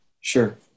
Sure